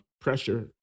pressure